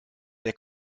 der